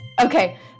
Okay